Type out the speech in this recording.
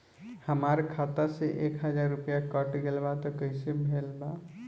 हमार खाता से एक हजार रुपया कट गेल बा त कइसे भेल बा?